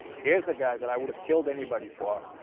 here's a guy that i would have killed anybody for,